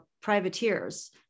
privateers